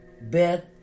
Beth